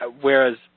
whereas